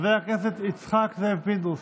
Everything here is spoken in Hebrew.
חבר הכנסת יצחק זאב פינדרוס.